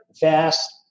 vast